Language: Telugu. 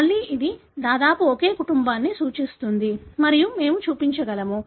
మళ్ళీ ఇది దాదాపు ఒకే కుటుంబాన్ని సూచిస్తుంది మరియు మేము చూపించగలము